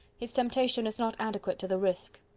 his temptation is not adequate to the risk!